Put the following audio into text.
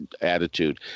attitude